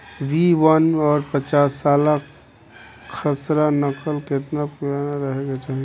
B one और पांचसाला खसरा नकल केतना पुरान रहे के चाहीं?